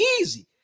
easy